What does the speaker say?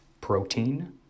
protein